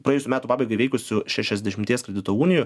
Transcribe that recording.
praėjusių metų pabaigą įveikusių šešiasdešimties kredito unijų